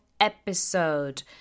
episode